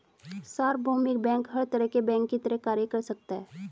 सार्वभौमिक बैंक हर तरह के बैंक की तरह कार्य कर सकता है